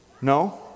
No